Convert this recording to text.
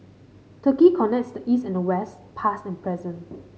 Turkey connects the East and the West past and present